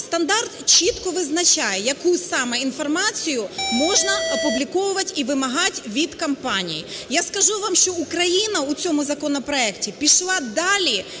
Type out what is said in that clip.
стандарт чітко визначає, яку саме інформацію можна опубліковувати і вимагати від компаній. Я скажу вам, що Україна у цьому законопроекті пішла далі